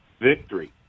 victory